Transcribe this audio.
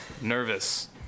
nervous